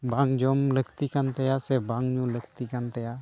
ᱵᱟᱝ ᱡᱚᱢ ᱞᱟᱹᱠᱛᱤ ᱠᱟᱱᱛᱟᱭᱟ ᱥᱮ ᱵᱟᱝ ᱧᱩ ᱞᱟᱹᱠᱛᱤ ᱠᱟᱱᱛᱟᱭᱟ